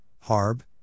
Harb